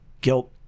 guilt